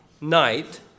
night